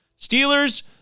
Steelers